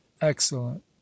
excellent